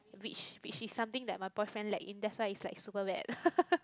which which is something that my boyfriend lack in that's why is like super bad